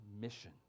mission